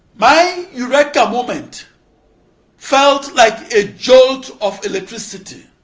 my eureka moment felt like a jolt of electricity.